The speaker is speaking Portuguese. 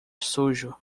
sujo